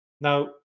Now